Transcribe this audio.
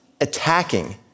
attacking